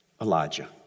Elijah